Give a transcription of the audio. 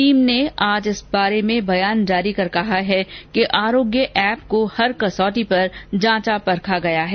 team ने आज इस बारे में बयान जारी कर कहा कि आरोग्य एप को हर कसौटी पर जांचा परखा गया है